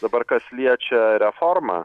dabar kas liečia reformą